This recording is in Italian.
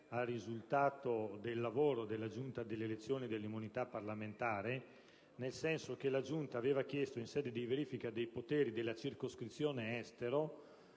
Grazie